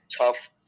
tough